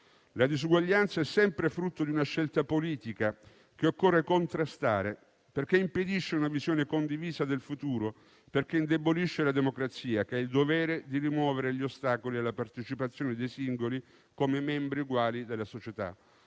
La disuguaglianza è sempre frutto di una scelta politica che occorre contrastare, perché impedisce una visione condivisa del futuro e indebolisce la democrazia, che ha il dovere di rimuovere gli ostacoli alla partecipazione dei singoli come membri uguali della società.